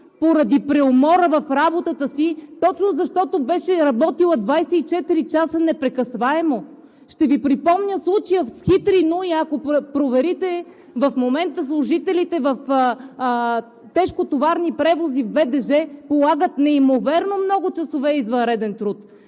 поради преумора в работата си, точно защото беше работила 24 часа непрекъснато. Ще Ви припомня случая в Хитрино, и ако проверите, в момента служителите на тежкотоварни превози в БДЖ полагат неимоверно много часове извънреден труд.